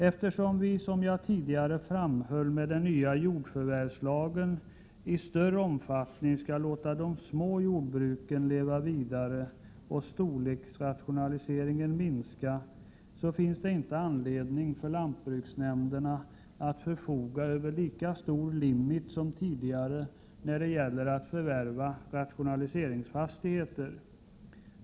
Eftersom vi, som jag tidigare framhöll, med den nya jordförvärvslagen i större omfattning skall låta de små jordbruken leva vidare och storleksrationaliseringen minska, finns det inte anledning för lantbruksnämnderna att förfoga över lika stor limit som tidigare när det gäller att förvärva rationaliseringsfastigheter.